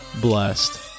blessed